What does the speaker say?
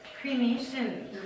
cremation